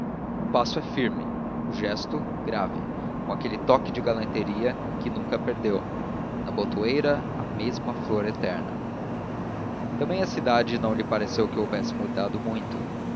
o passo é firme o gesto grave com aquele toque de galanteria que nunca perdeu na botoeira a mesma flor eterna também a cidade não lhe pareceu que houvesse mudado muito